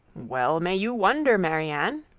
well may you wonder, marianne,